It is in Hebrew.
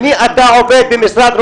עם מי אתה עובד במשרד הממשלה?